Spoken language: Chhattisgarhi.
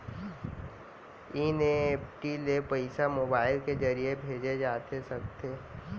एन.ई.एफ.टी ले पइसा मोबाइल के ज़रिए भेजे जाथे सकथे?